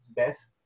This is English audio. best